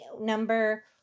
number